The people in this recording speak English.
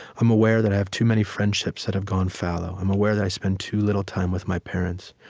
i'm aware that i have too many friendships that have gone fallow. i'm aware that i spend too little time with my parents,